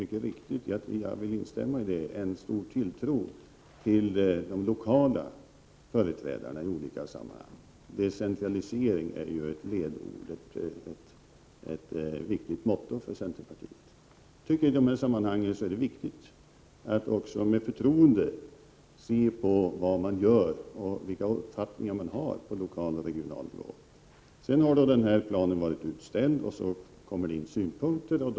Centerpartiet har ju en stor tilltro till de lokala företrädarna i olika sammanhang, och jag vill instämma i den tilltron. Decentralisering är ju ett motto för centerpartiet. I detta sammanhang är det viktigt att också med förtroende se på vad som görs och vilka uppfattningar som finns på lokal och regional nivå. Planen har varit utställd, och synpunkter på den har kommit in.